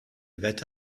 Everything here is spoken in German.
wette